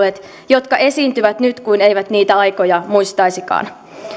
jotka esiintyvät nyt kuin eivät niitä aikoja muistaisikaan